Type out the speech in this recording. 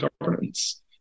governance